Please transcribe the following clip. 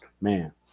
man